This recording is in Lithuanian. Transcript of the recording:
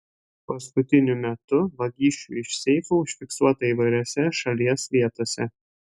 paskutiniu metu vagysčių iš seifų užfiksuota įvairiose šalies vietose